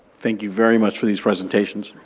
thank you very much for these presentations.